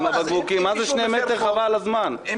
מה-זה שני מטר היה שם...